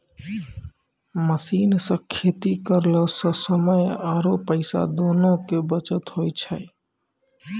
machine सॅ खेती करला स समय आरो पैसा दोनों के बचत होय छै